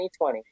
2020